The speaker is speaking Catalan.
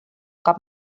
cap